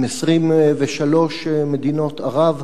עם 23 מדינות ערב,